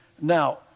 Now